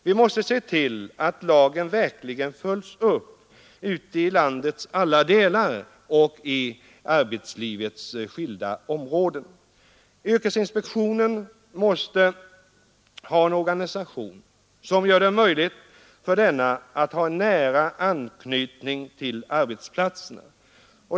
Vi måste se till att lagen verkligen följs upp ute i landets alla delar och på arbetslivets skilda områden. Yrkesinspektionen måste ha en organisation som gör det möjligt för den att få nära anknytning till arbetsplatserna.